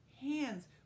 Hands